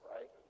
right